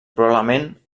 probablement